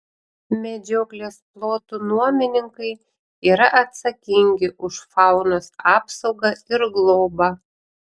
medžioklės plotų nuomininkai yra atsakingi už faunos apsaugą ir globą